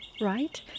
Right